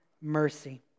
mercy